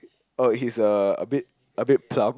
oh he's uh a bit a bit plump